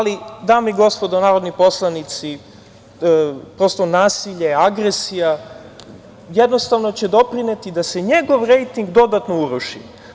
Dame i gospodo narodni poslanici, nasilje, agresija, jednostavno će doprineti da se njegov rejting dodatno uruši.